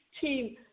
team